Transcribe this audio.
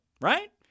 right